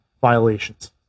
violations